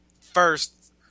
first